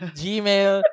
gmail